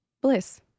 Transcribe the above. bliss